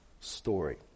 story